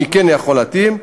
מי כן יכול להתאים,